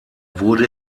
wurde